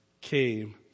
came